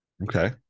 Okay